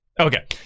Okay